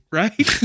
right